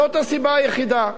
זאת הסיבה היחידה.